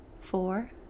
four